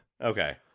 Okay